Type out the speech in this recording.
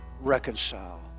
reconcile